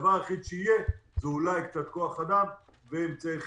הדבר היחיד שיהיה זה אולי קצת כוח אדם ואמצעי חיטוי.